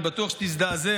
אני בטוח שתזדעזע,